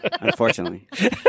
Unfortunately